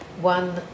one